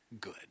good